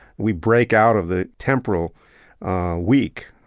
we break out of the temporal week,